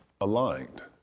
aligned